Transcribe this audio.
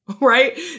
right